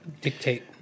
dictate